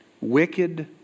wicked